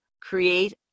create